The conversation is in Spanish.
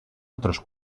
otros